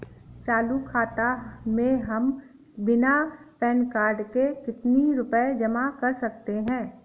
चालू खाता में हम बिना पैन कार्ड के कितनी रूपए जमा कर सकते हैं?